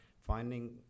Finding